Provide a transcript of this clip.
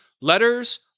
Letters